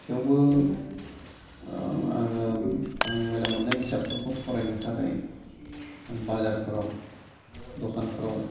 थेवबो आङो आं मोजां मोननाय बिजाबफोरखौ फरायनो थाखाय आं बाजारफ्राव दखानफ्राव